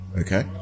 okay